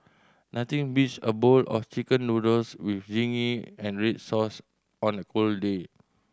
nothing beats a bowl of Chicken Noodles with zingy and red sauce on a cold day